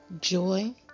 joy